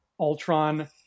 Ultron